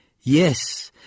yes